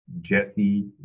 Jesse